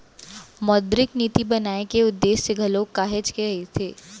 मौद्रिक नीति बनाए के उद्देश्य घलोक काहेच के रहिथे